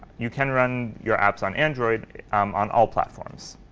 you can run your apps on android on all platforms.